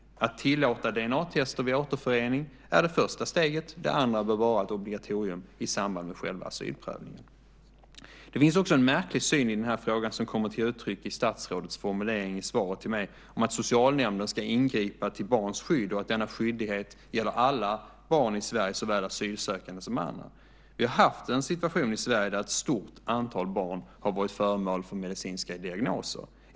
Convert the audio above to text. Att tillåta DNA-test vid återförening är det första steget. Det andra bör vara ett obligatorium i samband med själva asylprövningen. Det finns också en märklig syn i den här frågan som kommer till uttryck i statsrådets formulering i svaret till mig om att socialnämnden ska ingripa till barns skydd och att denna skyldighet gäller alla barn i Sverige, såväl asylsökande som andra. Vi har haft en situation i Sverige där ett stort antal barn har varit föremål för medicinska diagnoser.